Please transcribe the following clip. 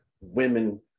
women